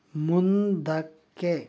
ಮುಂದಕ್ಕೆ